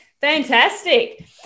fantastic